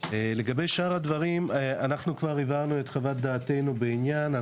לגבי שאר הדברים, הבהרנו חוות דעתנו בעניין.